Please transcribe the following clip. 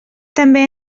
també